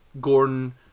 gordon